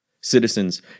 Citizens